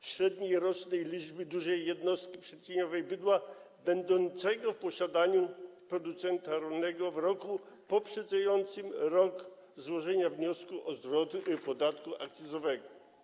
średniej rocznej liczby dużych jednostek przeliczeniowych bydła będącego w posiadaniu producenta rolnego w roku poprzedzającym rok złożenia wniosku o zwrot podatku akcyzowego.